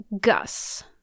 Gus